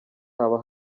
haba